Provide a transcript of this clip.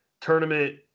tournament